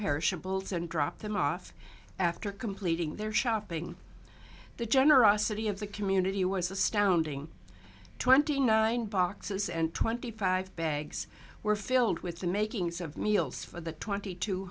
perishables and drop them off after completing their shopping the generosity of the community was astounding twenty nine boxes and twenty five bags were filled with the makings of meals for the twenty two